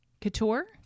Couture